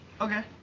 Okay